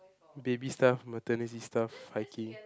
baby stuff maternity stuff hiking